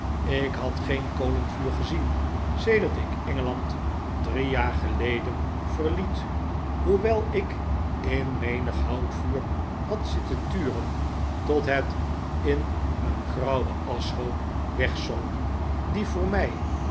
ik had geen kolenvuur gezien sedert ik engeland drie jaar geleden verliet hoewel ik in menig houtvuur had zitten turen tot het in een grauwen aschhoop wegzonk die voor mij